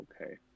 okay